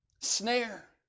snare